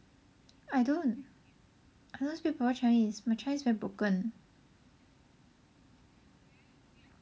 I don't I don't speak proper chinese my chinese very broken